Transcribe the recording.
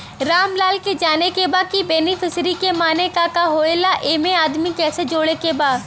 रामलाल के जाने के बा की बेनिफिसरी के माने का का होए ला एमे आदमी कैसे जोड़े के बा?